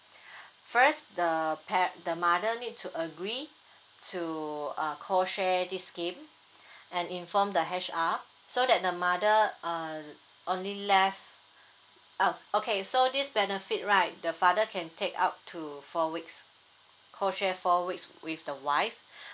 first the par~ the mother need to agree to uh co share this scheme and inform the H_R so that the mother uh only left okay so this benefit right the father can take up to four weeks co share four weeks with the wife